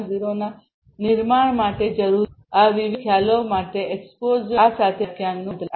0 ના નિર્માણ માટે જરૂરી આ વિવિધ ખ્યાલો માટે એક્સપોઝર મેળવી રહ્યા છીએ